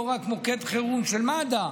לא רק מוקד חירום של מד"א,